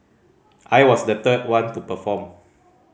I was the third one to perform